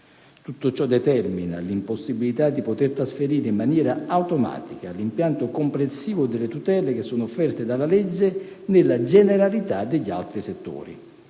Tutto ciò determina l'impossibilità di poter trasferire in maniera automatica l'impianto complessivo delle tutele che sono offerte dalla legge nella generalità degli altri settori.